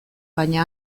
baina